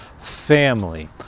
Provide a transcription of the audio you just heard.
family